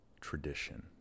tradition